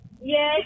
Yes